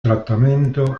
trattamento